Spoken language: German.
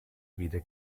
weder